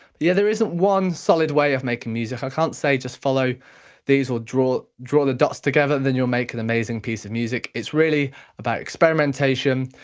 yeah, there isn't one solid way of making music, i can't say, just follow these or draw draw the dots together, then you'll make an amazing piece of music. it's really about experimentation,